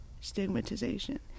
stigmatization